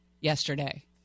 yesterday